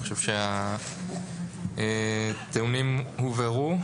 אני חושב שהתיאומים הובהרו.